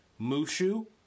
Mushu